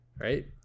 Right